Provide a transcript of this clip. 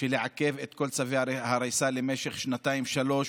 לעכב את כל צווי ההריסה למשך שנתיים-שלוש